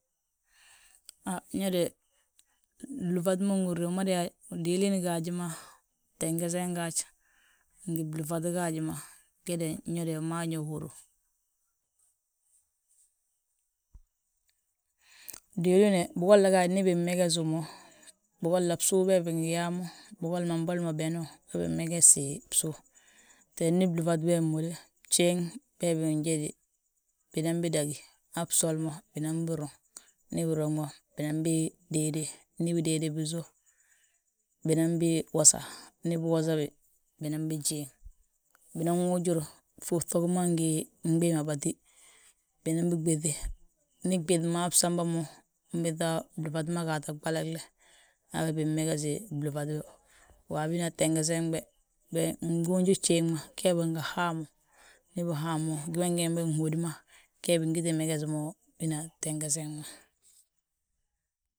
Han ñe de blúfat ma nhúrni mmada yaa, diliin gaaji ma, tengesen gaaj, ngi blúfat gaaji ma, ge de ñe gmaa gi ñe húru. Diliin we bigolla gaaj ndi bimmegesi wi mo, bigolla bsu bee bi bingi yaa mo bigol ma boli mo beno wee bimmegesti bsu. Te ndi blúfat bee mo de bjéŋ, bee binjédi, binan bidagí han bsol mo binan binruŋ. Ndi biruŋ mo, binan bidéede, ndi bidéede bisów, binan bi wosa, ndi biwosa bi. Binan bijiiŋ, binan wuujur ŧuŧugi ma ndi gbii ma batí, binan biɓéŧi, ndi ɓéŧ mo han samba mo, unbiiŧa blúfat ma gaata ɓalagle, habe bimmegesi blúfat. Waabo bina tengesen be, be njuunji bgéŋ ma, ge bingi haa mo, ndi bihaag mo, gima gee be gihódi ma, ge bingiti meges mo, bina tengesen ma.